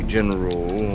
General